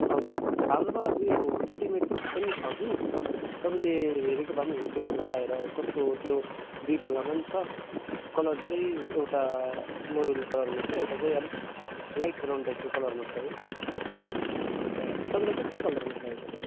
हजुर हाम्रोमा उयो रेडिमेड पनि छ कि तपाईँले हेरेको भए पनि हुन्थ्यो बरू आएर कस्तो त्यो दुई पल्लामा पनि छ कलर चाहिँ एउटा मरुन कलरमा छ एउटा चाहिँ अलिक लाइट ब्राउन टाइपको कलरमा छ हो अन्त तपाईँलाई कस्तो कलरमा चाहिएको होला